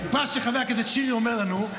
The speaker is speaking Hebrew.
מה שחבר הכנסת שירי אומר לנו,